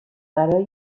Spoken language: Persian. برای